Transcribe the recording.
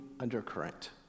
Undercurrent